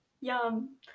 yum